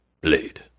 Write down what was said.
Blade